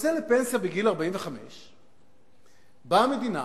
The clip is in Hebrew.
יוצא לפנסיה בגיל 45. באה המדינה